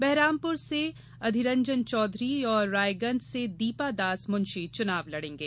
बहरामपुर से अधीररंजन चौधरी तथा रायगंज से दीपा दासमुंशी चुनाव लड़ेंगे